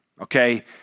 okay